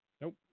Nope